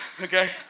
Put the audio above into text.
okay